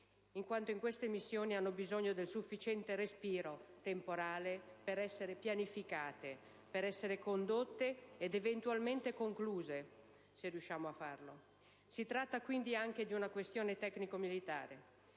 in quanto queste missioni hanno bisogno del sufficiente respiro temporale per essere pianificate, condotte ed eventualmente concluse, se riusciamo a farlo. Si tratta quindi anche di una questione tecnico-militare.